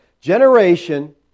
Generation